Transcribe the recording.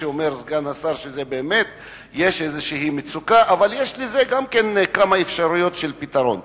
אבל יש כמה אפשרויות לפתרון.